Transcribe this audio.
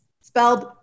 spelled